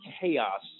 chaos